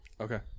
Okay